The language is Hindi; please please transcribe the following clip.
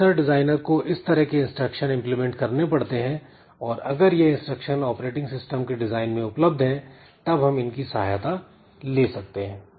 प्रोसेसर डिजाइनर को इस तरह के इंस्ट्रक्शन इंप्लीमेंट करने पड़ते हैं और अगर यह इंस्ट्रक्शन ऑपरेटिंग सिस्टम के डिजाइन में उपलब्ध है तब हम इनकी सहायता ले सकते हैं